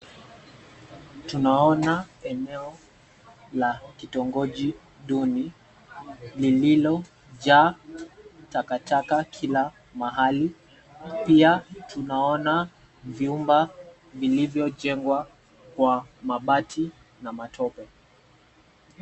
Tunaona eneo la kitongoji duni lililojaa takataka kila mahali. Pia, tunaona vyumba vilivyojengwa kwa mabati na matope.